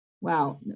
Wow